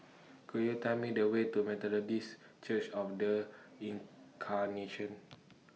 Could YOU Tell Me The Way to Methodist Church of The Incarnation